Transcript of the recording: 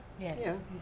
Yes